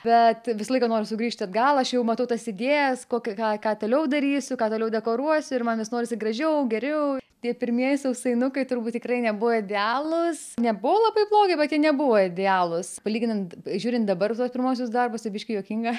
bet visą laiką noriu sugrįžti atgal aš jau matau tas idėjas kokį ką ką toliau darysiu ką toliau deklaruosiu ir man vis norisi gražiau geriau tie pirmieji sausainukai turbūt tikrai nebuvo idealūs nebuvo labai blogi bet jie nebuvo idealūs palyginant žiūrint dabar tuos pirmuosius darbus tai biškį juokinga